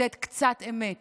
לתת קצת אמת